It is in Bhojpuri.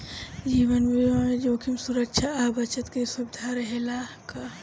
जीवन बीमा में जोखिम सुरक्षा आ बचत के सुविधा रहेला का?